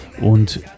Und